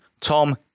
Tom